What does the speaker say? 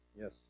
Yes